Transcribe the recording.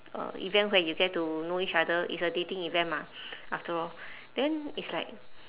a event where you get to know each other it's a dating event mah after all then it's like